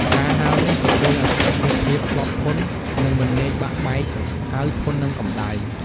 ការហាលនេះក៏ជួយឲ្យស្លឹកមានភាពជាប់ធន់ និងមិនងាយបាក់បែកហើយធន់នឹងកម្តៅ។